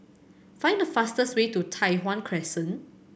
find the fastest way to Tai Hwan Crescent